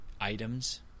items